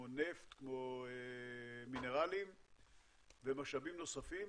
כמו נפט, כמו מינרלים ומשאבים נוספים,